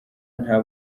nta